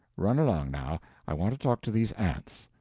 run along now i want to talk to these aunts.